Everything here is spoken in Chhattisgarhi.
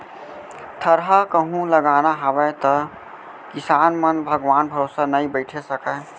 थरहा कहूं लगाना हावय तौ किसान मन भगवान भरोसा नइ बइठे सकयँ